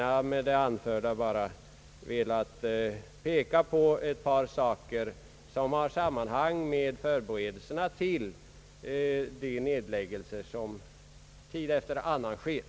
Jag har med det anförda bara velat peka på ett par saker som sammanhänger med förberedelserna till de nedläggelser som tid efter annan sker.